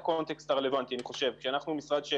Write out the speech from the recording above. העוסק בנושא